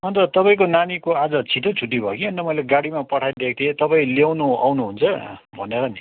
अनि त तपाईँको नानीको आज छिटै छुट्टी भयो कि अनि त मैले गाडीमा पठाइदिएको थिएँ तपाईँ ल्याउनु आउनुहुन्छ भनेर नि